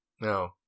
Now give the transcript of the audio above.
No